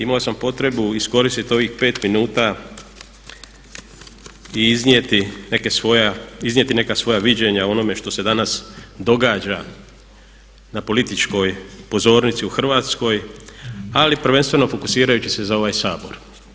Imao sam potrebu iskoristiti ovih 5 minuta i iznijeti neka svoja viđenja o ovome što se danas događa na političkoj pozornici na Hrvatskoj ali prvenstveno fokusirajući se za ova Sabor.